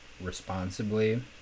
responsibly